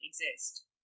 exist